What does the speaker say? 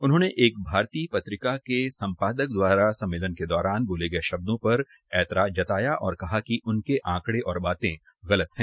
उन्होंने एक भारतीय पत्रिका के संपादक द्वारा सम्मेलन के दौरान बोले गए शब्दो पर ऐतराज जताया और कहा कि उनके आंकड़े और बातें गलत हैं